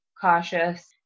cautious